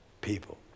people